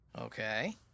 Okay